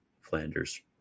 Flanders